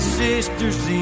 sisters